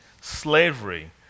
slavery